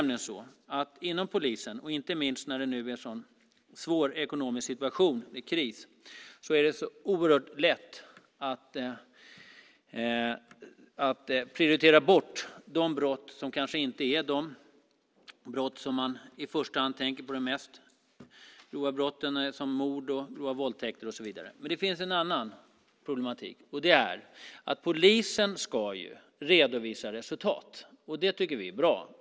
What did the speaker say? Inom polisen, inte minst när det nu är en sådan svår ekonomisk situation och kris, är det oerhört lätt att prioritera bort de brott som man i första hand kanske inte tänker är de mest grova brotten som mord, våldtäkter och så vidare. Det finns en annan problematik. Det är att polisen ska redovisa resultat. Det tycker vi är bra.